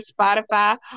Spotify